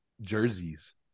jerseys